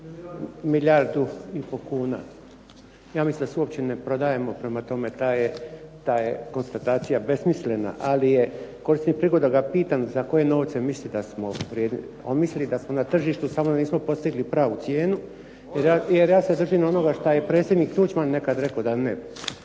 milijardu i pol kuna. Ja mislim da se uopće ne prodajemo prema tome ta je konstatacija besmislena, ali koristim prigodu da ga pitam za koje novce misli da smo vrijedni? On misli da smo na tržištu samo da nismo postigli pravu cijenu. Jer ja se držim onoga što je predsjednik Tuđman nekad rekao da ne